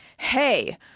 Hey